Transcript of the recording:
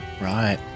Right